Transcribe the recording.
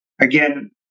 again